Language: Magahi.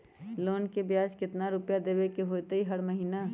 लोन के ब्याज कितना रुपैया देबे के होतइ हर महिना?